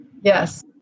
Yes